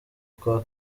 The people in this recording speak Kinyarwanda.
kwa